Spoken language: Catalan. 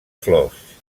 flors